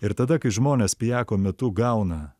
ir tada kai žmonės pijako metu gauna